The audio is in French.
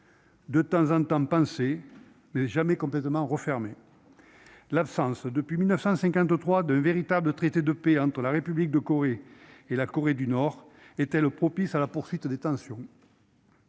de temps en temps, mais jamais complètement refermé. L'absence depuis 1953 d'un véritable traité de paix entre la République de Corée et la Corée du Nord est-elle propice à la poursuite des tensions ?